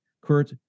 Kurt